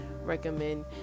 recommend